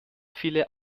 viele